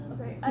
Okay